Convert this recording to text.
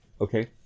okay